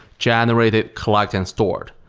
generated, collected and stored.